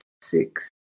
six